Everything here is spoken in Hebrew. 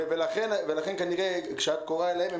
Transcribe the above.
ולכן כשאת קוראת להן,